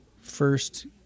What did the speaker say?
first